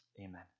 Amen